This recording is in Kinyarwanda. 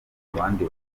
abandi